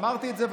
אמרתי את זה,